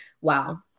Wow